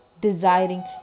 desiring